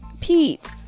Pete